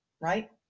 right